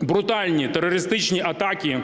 брутальні терористичні атаки